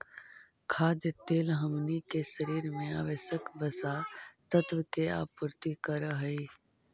खाद्य तेल हमनी के शरीर में आवश्यक वसा तत्व के आपूर्ति करऽ हइ